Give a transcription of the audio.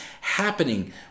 happening